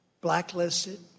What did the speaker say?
blacklisted